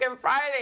Friday